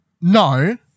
no